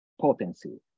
potency